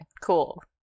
cool